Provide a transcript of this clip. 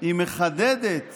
מחדדת